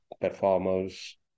performers